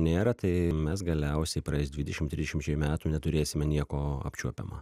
nėra tai mes galiausiai praėjus dvidešim tridešimčiai metų neturėsime nieko apčiuopiamo